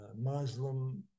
Muslim